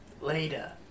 Later